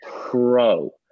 pro